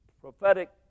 prophetic